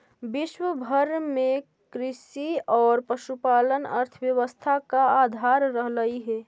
विश्व भर में कृषि और पशुपालन अर्थव्यवस्था का आधार रहलई हे